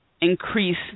increase